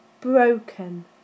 broken